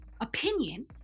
opinion